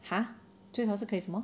!huh! 最好是可以什么